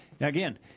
Again